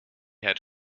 had